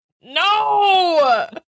No